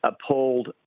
appalled